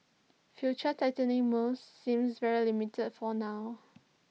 future tightening moves seems very limited for now